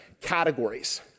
categories